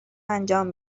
انجام